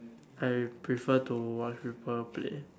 I prefer to watch people play